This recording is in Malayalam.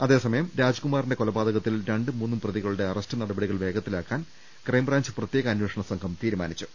അതേസമയം രാജ്കുമാറിന്റെ കൊലപാതക ത്തിൽ രണ്ടും മൂന്നും പ്രതികളുടെ അറസ്റ്റ് നടപടികൾ വേഗത്തിലാക്കാൻ ക്രൈംബ്രാഞ്ച് പ്രത്യേക അന്വേഷണ സംഘം തീരുമാനിച്ചു